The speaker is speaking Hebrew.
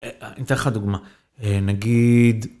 אני אתן לך דוגמא נגיד.